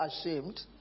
ashamed